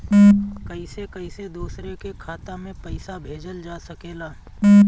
कईसे कईसे दूसरे के खाता में पईसा भेजल जा सकेला?